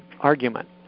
argument